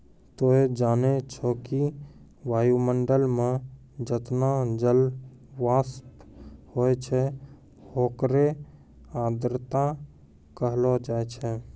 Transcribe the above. तोहं जानै छौ कि वायुमंडल मं जतना जलवाष्प होय छै होकरे आर्द्रता कहलो जाय छै